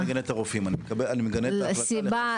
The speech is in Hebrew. אני לא מגנה את הרופאים אני מגנה את ההחלטה --- סיבה